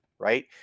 Right